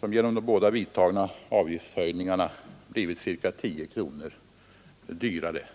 som genom de båda vidtagna avgiftshöjningarna har blivit ca 10 kronor dyrare.